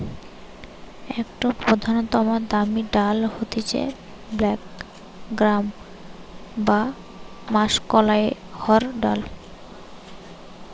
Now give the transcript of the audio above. একটো প্রধানতম দামি ডাল হতিছে ব্ল্যাক গ্রাম বা মাষকলাইর ডাল